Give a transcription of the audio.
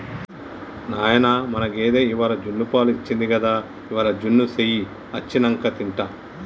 నాయనా మన గేదె ఇవ్వాల జున్నుపాలు ఇచ్చింది గదా ఇయ్యాల జున్ను సెయ్యి అచ్చినంక తింటా